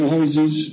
houses